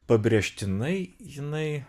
pabrėžtinai jinai